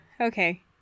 okay